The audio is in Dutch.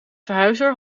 verhuizer